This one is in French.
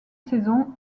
saison